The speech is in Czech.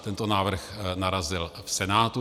Tento návrh narazil v Senátu.